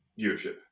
viewership